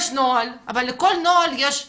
יש נוהל אבל לכל נוהל יש חריג,